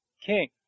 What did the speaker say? king